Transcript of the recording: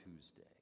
Tuesday